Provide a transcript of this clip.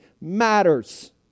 matters